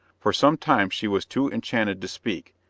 for some time she was too enchanted to speak,